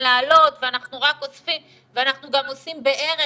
להעלות ואנחנו רק אוספים ואנחנו גם עושים בערך,